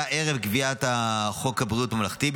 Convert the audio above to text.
הוא היה ערב קביעת חוק ביטוח בריאות ממלכתי,